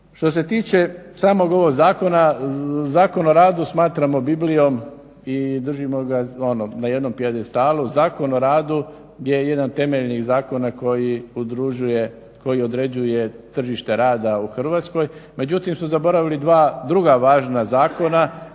Što se tiče samog ovog zakona, Zakon o radu smatramo Biblijom i držimo ga na jednom pijedestalu. Zakon o radu je jedan od temeljnih zakona koji određuje tržište rada u Hrvatskoj, međutim smo zaboravili dva druga važna zakona.